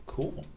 Cool